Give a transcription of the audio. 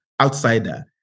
outsider